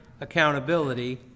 accountability